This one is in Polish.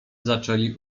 zaczęli